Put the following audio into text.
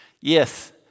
Yes